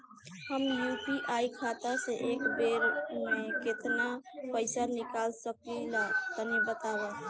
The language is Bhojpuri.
हम यू.पी.आई खाता से एक बेर म केतना पइसा निकाल सकिला तनि बतावा?